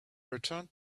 returned